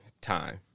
time